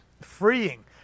freeing